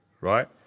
right